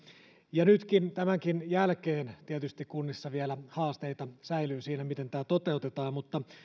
ja nyt tämänkin jälkeen tietysti kunnissa vielä haasteita säilyy siinä miten tämä toteutetaan mutta